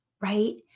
right